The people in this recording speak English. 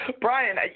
Brian